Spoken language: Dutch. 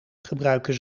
gebruiken